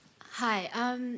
Hi